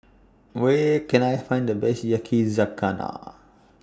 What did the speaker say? Where Can I Find The Best Yakizakana